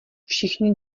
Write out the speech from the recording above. všichni